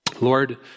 Lord